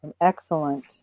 excellent